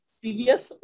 previous